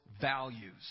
values